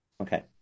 okay